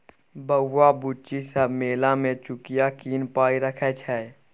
बौआ बुच्ची सब मेला मे चुकिया कीन पाइ रखै छै